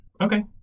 Okay